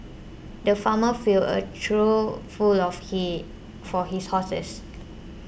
the farmer filled a trough full of hay for his horses